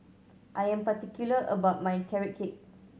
I am particular about my Carrot Cake